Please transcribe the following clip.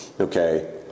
okay